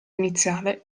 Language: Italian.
iniziale